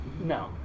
No